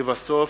לבסוף,